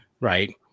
right